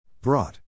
Brought